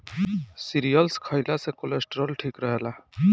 cereals खइला से cholesterol ठीक रहेला